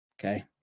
okay